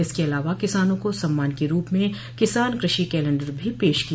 इसके अलावा किसानों को सम्मान के रूप में किसान कृषि कलेण्डर भी पेश किया